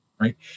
right